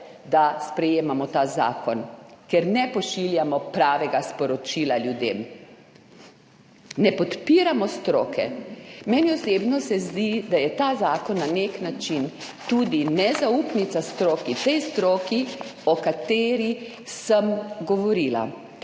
da sprejemamo ta zakon. Ker ne pošiljamo pravega sporočila ljudem, ne podpiramo stroke. Meni osebno se zdi, da je ta zakon na nek način tudi nezaupnica stroki, tej stroki, o kateri sem govorila.